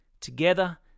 Together